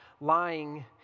lying